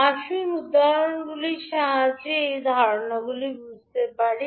আসুন উদাহরণগুলির সাহায্যে এই ধারণাগুলি বুঝতে পারি